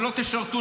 ולא תשרתו,